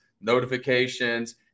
notifications